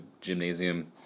gymnasium